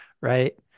right